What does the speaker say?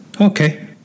Okay